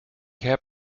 heb